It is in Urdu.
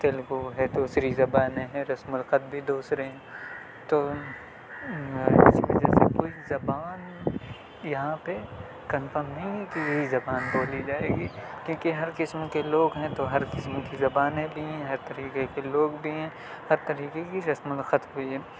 تیلگو ہے دوسری زبانیں ہیں رسم الخط بھی دوسرے ہیں تو اس میں جیسے کوئی زبان یہاں پہ کنفرم نہیں ہے کہ یہی زبان بولی جائے گی کیوںکہ ہر قسم کے لوگ ہیں تو ہر قسم کی زبانیں بھی ہیں ہر طریقے کے لوگ بھی ہیں ہر طریقے کی رسم الخط بھی ہیں